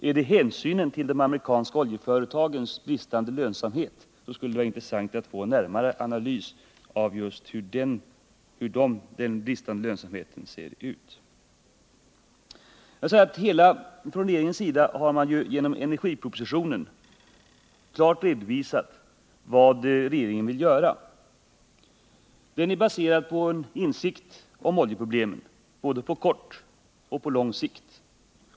Om det är hänsynen till de amerikanska oljeföretagens bristande lönsamhet så skulle det vara intressant att få en närmare analys av hur den bristande lönsamheten ser ut. Från regeringens sida har vi genom energipropositionen klart redovisat vad vi vill göra. Propositionen är baserad på en insikt om oljeproblemen, på både kort och lång sikt.